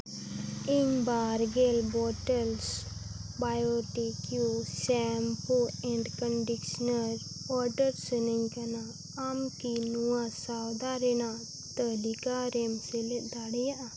ᱤᱧ ᱵᱟᱨ gel bottles Biotique shampoo and conditioner order ᱥᱟᱱᱟᱧ ᱠᱟᱱᱟ ᱟᱢ ᱠᱤ ᱱᱚᱣᱟ ᱥᱚᱣᱫᱟ ᱨᱮᱱᱟᱜ ᱛᱟᱹᱞᱤᱠᱟ ᱨᱮᱢ ᱥᱮᱞᱮᱫ ᱫᱟᱲᱮᱭᱟᱜᱼᱟ